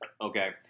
Okay